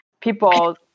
people